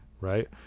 Right